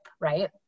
right